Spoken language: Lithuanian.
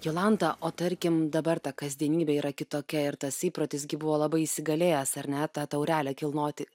jolanta o tarkim dabar ta kasdienybė yra kitokia ir tas įprotis gi buvo labai įsigalėjęs ar ne tą taurelę kilnoti